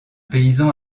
paysan